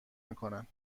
میکنن